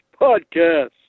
podcast